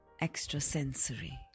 Extrasensory